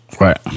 Right